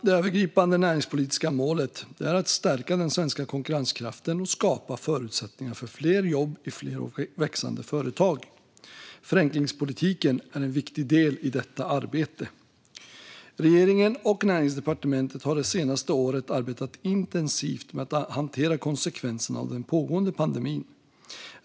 Det övergripande näringspolitiska målet är att stärka den svenska konkurrenskraften och skapa förutsättningar för fler jobb i fler och växande företag. Förenklingspolitiken är en viktig del i detta arbete. Regeringen och Näringsdepartementet har det senaste året arbetat intensivt med att hantera konsekvenserna av den pågående pandemin.